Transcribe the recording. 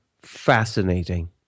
fascinating